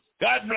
God